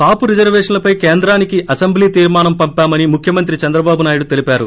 కాపు రిజర్వేషన్లపై కేంద్రానికి అసెంబ్లీ తీర్మానం పంపామని ముఖ్యమంత్రి చంద్రబాబు నాయుడు తెలిపారు